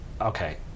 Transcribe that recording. okay